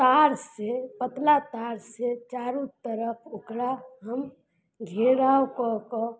तारसँ पतला तारसँ चारू तरफ ओकरा हम घेरा कऽ कऽ